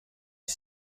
you